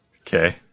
Okay